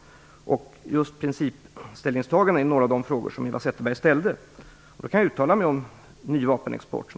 Eva Zetterberg har ställt en fråga just om principställningstaganden. Jag kan då uttala mig om ny vapenexport